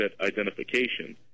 identification